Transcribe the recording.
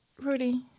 Rudy